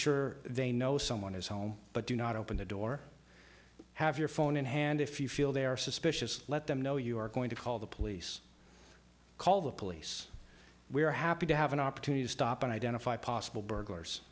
sure they know someone is home but do not open the door have your phone in hand if you feel they are suspicious let them know you are going to call the police call the police we are happy to have an opportunity to stop and identify possible burglars